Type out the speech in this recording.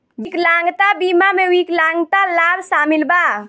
विकलांगता बीमा में विकलांगता लाभ शामिल बा